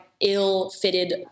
ill-fitted